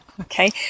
okay